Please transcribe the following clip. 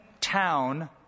town